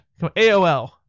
AOL